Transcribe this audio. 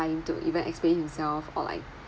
even to explain himself or like